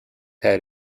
had